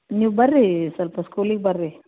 ನೀವು ಬನ್ರಿ ಸ್ವಲ್ಪ ಸ್ಕೂಲಿಗೆ ಬನ್ರಿ